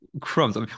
crumbs